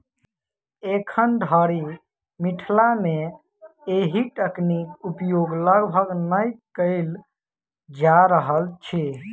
एखन धरि मिथिला मे एहि तकनीक उपयोग लगभग नै कयल जा रहल अछि